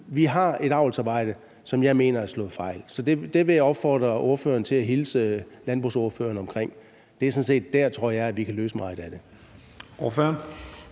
vi har et avlsarbejde, som jeg mener er slået fejl, så det vil jeg opfordre ordføreren til at hilse landbrugsordføreren omkring. Det er sådan set der, jeg tror vi kan løse meget af det.